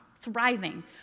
thriving